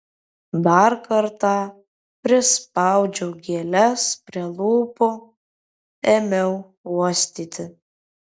dar kartą prispaudžiau gėles prie lūpų ėmiau uostyti